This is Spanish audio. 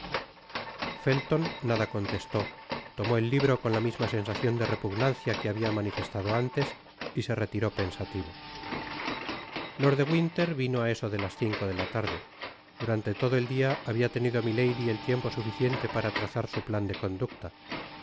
felton nada contestó tomó el libro con la misma sensacion de repugnancia que habia manifestado antes y se retiró pensativo lord de winter vino á eso de las cinco de la tarde durante todo el dia habia tenido milady el tiempo suficiente para trazar su plan de conducta